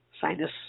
sinus